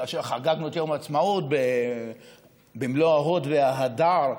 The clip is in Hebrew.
כאשר חגגנו את יום העצמאות במלוא ההוד וההדר,